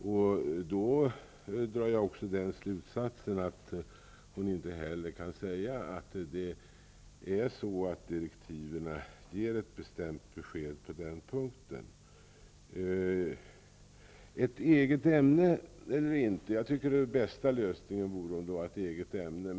Jag drar följaktligen slutsatsen att hon inte heller kan säga att direktiven ger ett bestämt besked på den punkten. Eget ämne, eller inte? Den bästa lösningen vore om det blev ett eget ämne.